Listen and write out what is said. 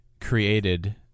created